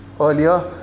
earlier